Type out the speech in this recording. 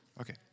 Okay